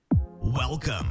Welcome